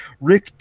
Rick